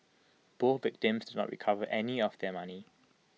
both victims did not recover any of their money